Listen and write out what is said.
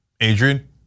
Adrian